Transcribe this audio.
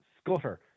scutter